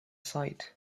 site